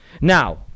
now